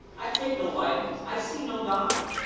i take no vitamins. i see no doctor.